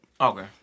Okay